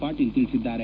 ಪಾಟೀಲ್ ತಿಳಿಸಿದ್ದಾರೆ